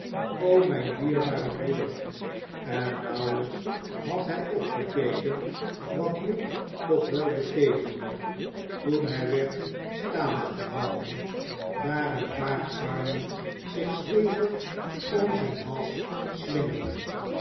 o mijn dierbare broeder en nauwelijks had hij opgekeken wat dit toch wel beteekende toen hij werd staande gehouden daar een paar armen zich stevig om zijn hals slingerden